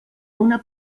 una